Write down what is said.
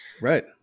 Right